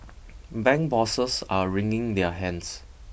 bank bosses are wringing their hands